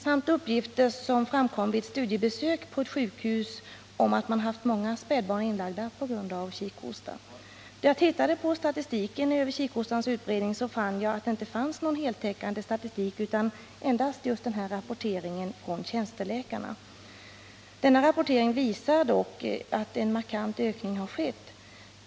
Vidare har det vid ett studiebesök på ett sjukhus kommit fram uppgifter om att många spädbarn varit inlagda för vård på grund av kikhosta. Då jag tittade på statistiken över kikhostans utbredning fann jag att det inte fanns någon heltäckande statistik utan endast just rapporteringen från tjänsteläkarna. Denna rapportering visar dock att en markant ökning skett.